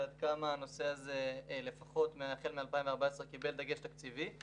ועד כמה הנושא הזה לפחות החל מ-2014 קיבל דגש תקציבי.